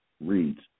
reads